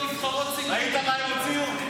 ראית מה הם הוציאו?